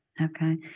Okay